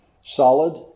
Solid